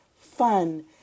fun